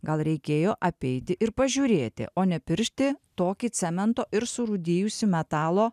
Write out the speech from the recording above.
gal reikėjo apeiti ir pažiūrėti o ne piršti tokį cemento ir surūdijusį metalo